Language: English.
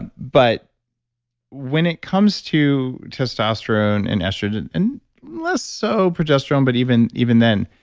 and but when it comes to testosterone and estrogen and less so progesterone, but even even then.